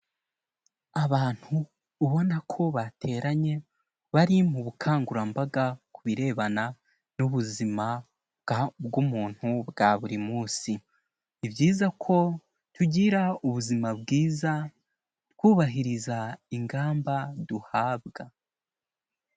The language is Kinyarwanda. Abantu ubona ko bateranye, bari mu bukangurambaga ku birebana n'ubuzima bw'umuntu bwa buri munsi. Ni byiza ko tugira ubuzima bwiza twubahiriza ingamba duhabwa.